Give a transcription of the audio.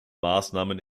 maßnahmen